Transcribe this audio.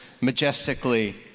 majestically